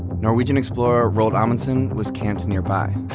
norwegian explorer roald amundsen was camped nearby.